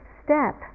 step